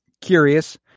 curious